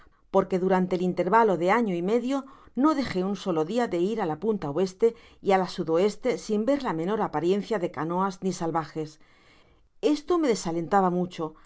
porque durante el intérvalo de año y medio no dejé un solo dia de ir á la punta oeste y á la snd oeste sin ver la menor apariencia de canoas ni salvajes esto me desalentaba mucho á pesar de